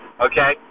okay